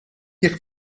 jekk